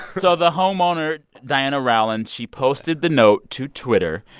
so the homeowner, diana rowland she posted the note to twitter.